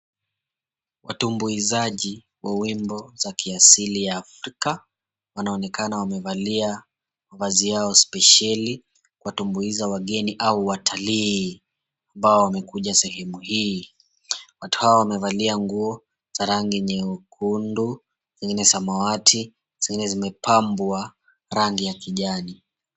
Watumbuizaji wa wimbo za kiasili ya Afrika, wanaonekana wamevalia mavazi yao spesheli kuwatumbuiza wageni au watalii ambao wamekuja sehemu hii. Watu hawa wamevalia nguo za rangi nyekundu, ingine samawati zingine zimepambwa rangi ya kijani.